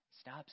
stop